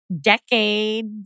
decades